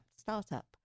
startup